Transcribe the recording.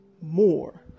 more